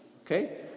Okay